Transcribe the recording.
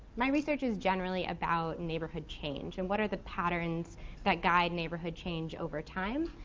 my research is generally about neighborhood change, and what are the patterns that guide neighborhood change over time?